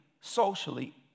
socially